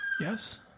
Yes